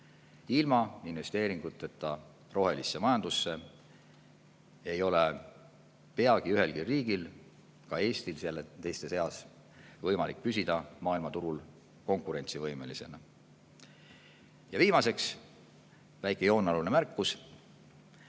Ilma investeeringuteta rohelisse majandusse ei ole peagi ühelgi riigil – Eestil teiste seas – võimalik püsida maailmaturul konkurentsivõimelisena. Ja viimaseks, väike joonealune märkus: